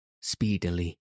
speedily